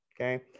okay